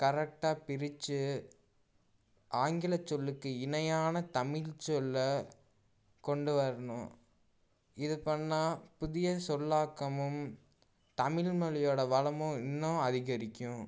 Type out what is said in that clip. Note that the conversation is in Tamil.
கரெக்ட்டா பிரித்து ஆங்கில சொல்லுக்கு இணையான தமிழ் சொல்ல கொண்டு வரணும் இத பண்ணால் புதிய சொல்லாக்கமும் தமிழ் மொழியோட வளமும் இன்னும் அதிகரிக்கும்